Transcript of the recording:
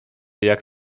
jak